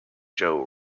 joe